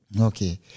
Okay